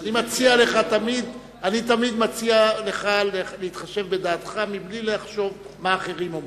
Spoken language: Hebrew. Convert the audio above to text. אני מציע לך תמיד להתחשב בדעתך בלי לחשוב מה אחרים אומרים.